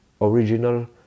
original